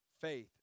faith